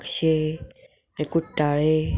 आक्षें मागीर कुट्टाळे